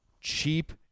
cheap